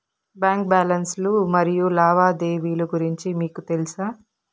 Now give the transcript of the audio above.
Bank balance లు మరియు లావాదేవీలు గురించి మీకు తెల్సా?